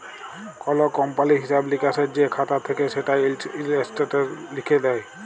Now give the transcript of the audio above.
call কমপালির হিঁসাব লিকাসের যে খাতা থ্যাকে সেটা ইস্ট্যাটমেল্টে লিখ্যে দেয়